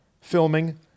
filming